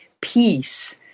peace